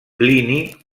plini